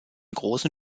großen